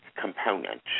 component